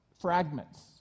fragments